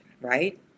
Right